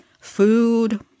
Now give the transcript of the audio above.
food